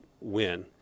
win